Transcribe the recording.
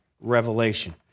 revelation